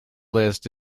list